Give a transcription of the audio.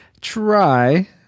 try